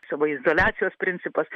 saviizoliacijos principas